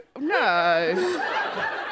no